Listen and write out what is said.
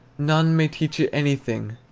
none may teach it anything,